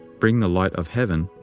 bring the light of heaven,